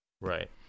Right